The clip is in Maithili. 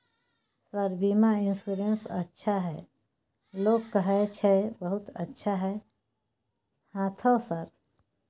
सर बीमा इन्सुरेंस अच्छा है लोग कहै छै बहुत अच्छा है हाँथो सर?